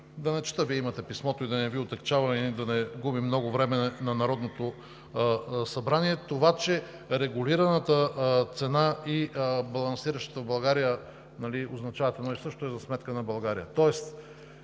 Да не чета, Вие имате писмо и да не Ви отегчавам, да не губим много време на Народното събрание, това, че регулираната цена и балансиращата в България означават едно и също, е за сметка на България.